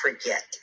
forget